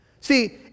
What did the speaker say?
See